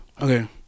okay